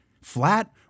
flat